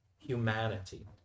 humanity